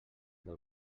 del